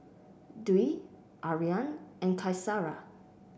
Dwi Aryan and Qaisara